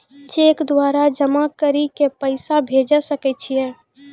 Cheque द्वारा जमा करि के पैसा भेजै सकय छियै?